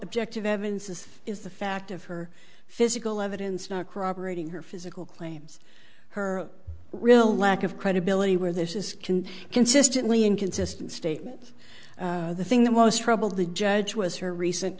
objective evidence is is the fact of her physical evidence not corroborating her physical claims her real lack of credibility where this is can consistently inconsistent statements the thing that most troubled the judge was her recent